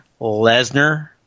Lesnar